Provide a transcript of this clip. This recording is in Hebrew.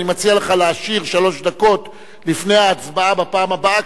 אני מציע לך להשאיר שלוש דקות לפני ההצבעה בפעם הבאה,